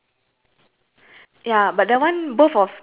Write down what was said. then let's see ah cloth